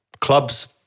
clubs